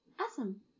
Awesome